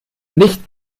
nicht